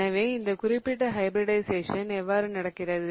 எனவே இந்த குறிப்பிட்ட ஹைபிரிடிஷயேசன் எவ்வாறு நடக்கிறது